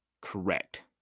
correct